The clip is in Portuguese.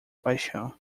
paixão